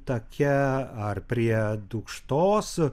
take ar prie dūkštos